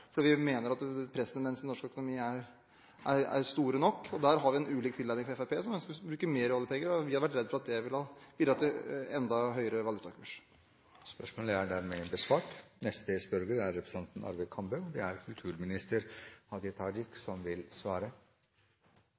Vi mener at presstendensene i norsk økonomi er store nok. Der har vi en annen tilnærming enn Fremskrittspartiet, som ønsker å bruke mer oljepenger. Vi har vært redd for at det ville bidra til enda høyere valutakurs. «De ulike filmfestivalene i Norge finansieres hovedsakelig via avgifter på salg av dvd/blu-ray. Utviklingen viser en vedvarende nedgang i dette salget og skaper derfor utfordringer for de ulike filmfestivalene. Jeg er